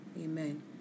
Amen